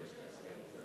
זה עבירה פלילית, ההסכם.